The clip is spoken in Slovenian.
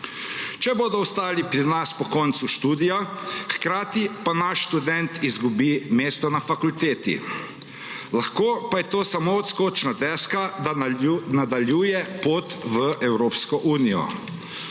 če bodo ostali pri nas po koncu študija, hkrati pa naš študent izgubi mesto na fakulteti. Lahko pa je to samo odskočna deska, da nadaljuje pot v Evropsko unijo.